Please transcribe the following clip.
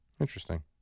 Interesting